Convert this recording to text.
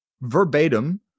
verbatim